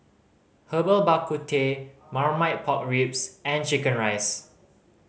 Herbal Bak Ku Teh Marmite Pork Ribs and chicken rice